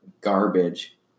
garbage